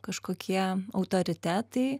kažkokie autoritetai